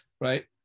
right